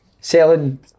selling